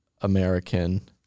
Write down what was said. American